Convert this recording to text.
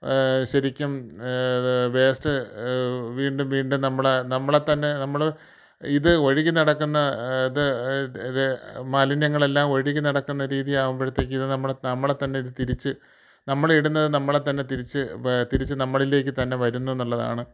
ശരിക്കും വേസ്റ്റ് വീണ്ടും വീണ്ടും നമ്മൾ നമ്മൾ തന്നെ നമ്മൾ ഇത് ഒഴുകി നടക്കുന്ന ത് മാലിന്യങ്ങളെല്ലാം ഒഴുകി നടക്കുന്ന രീതിയാകുമ്പോഴത്തേക്ക് ഇത് നമ്മൾ നമ്മളെ തന്നെ തിരിച്ച് നമ്മൾ ഇടുന്നത് നമ്മളെ തന്നെ തിരിച്ച് തിരിച്ച് നമ്മളിലേക്ക് തന്നെ വരുന്നൂ എന്നുള്ളതാണ്